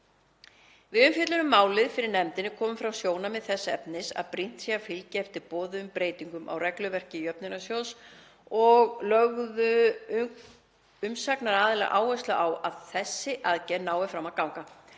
Við umfjöllun um málið fyrir nefndinni komu fram sjónarmið þess efnis að brýnt sé að fylgja eftir boðuðum breytingum á regluverki jöfnunarsjóðs og lögðu umsagnaraðilar áherslu á að þessi aðgerð nái fram að ganga.